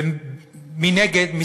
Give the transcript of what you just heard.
ומנגד,